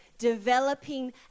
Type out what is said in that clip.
developing